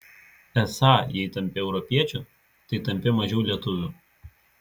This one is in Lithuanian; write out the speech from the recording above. esą jei tampi europiečiu tai tampi mažiau lietuviu